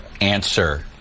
answer